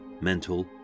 mental